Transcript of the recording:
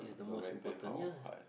no matter how hard